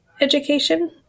education